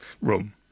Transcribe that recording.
room